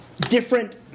different